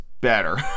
better